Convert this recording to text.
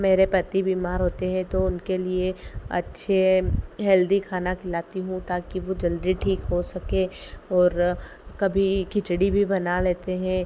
मेरे पति बीमार होते हैं तो उनके लिए अच्छे हैल्दी खाना खिलाती हूँ ताकि वे जल्दी ठीक हो सकें और कभी खिचड़ी भी बना लेते हैं